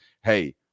hey